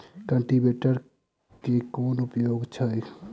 Cultivator केँ की उपयोग छैक?